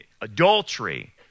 adultery